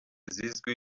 zizwi